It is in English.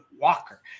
Walker